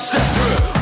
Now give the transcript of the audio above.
Separate